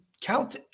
count